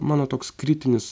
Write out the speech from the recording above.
mano toks kritinis